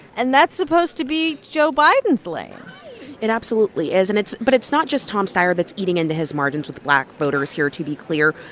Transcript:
and that's supposed to be joe biden's lane it absolutely is, and it's but it's not just tom steyer that's eating into his margins with black voters here, to be clear.